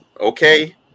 okay